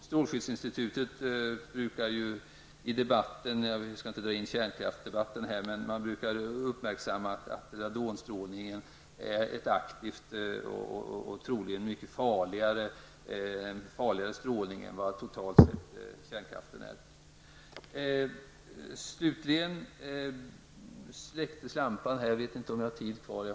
Strålskyddsinstitutet brukar i debatten -- jag skall inte dra in kärnkraftsdebatten här -- uppmärksamma att radonstrålning är en aktiv och troligen mycket farligare strålning än den som kärnkraften totalt sett innebär.